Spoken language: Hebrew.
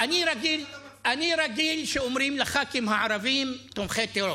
אני רגיל שאומרים לח"כים הערבים: תומכי טרור.